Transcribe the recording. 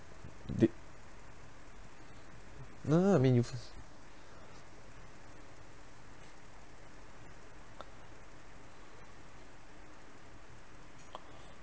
the~ no no I mean you first